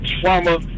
trauma